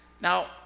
Now